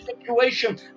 situation